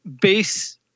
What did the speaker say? base